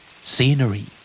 Scenery